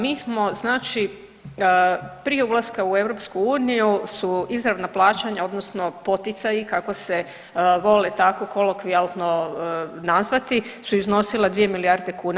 Mi smo znači prije ulaska u EU su izravna plaćanja odnosno poticaji kako se vole tako kolokvijalno nazvati su iznosila 2 milijarde kuna.